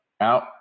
out